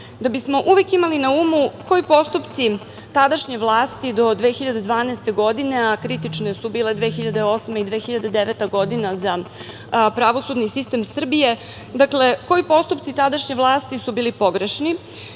da bismo imali na umu koji postupci tadašnje vlasti do 2012. godine, a kritične su bile 2008. i 2009. godina za pravosudni sistem Srbije, dakle koji postupci tadašnje vlasti su bili pogrešni,